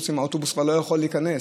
והאוטובוס כבר לא יכול להיכנס,